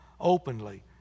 Openly